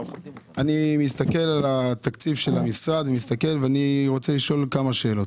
אני מסתכל על תקציב המשרד ורוצה לשאול כמה שאלות.